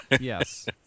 Yes